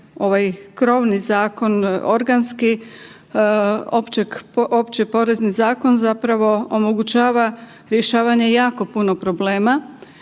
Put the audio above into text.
krovni zakon, organski, Opći porezni zakon zapravo omogućava rješavanje jako puno problema